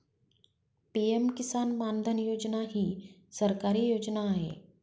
PM किसान मानधन योजना ही सरकारी योजना आहे